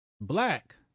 black